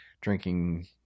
drinking